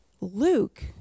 Luke